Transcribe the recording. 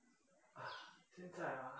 现在啊